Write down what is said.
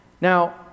Now